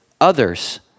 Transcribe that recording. others